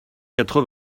quatre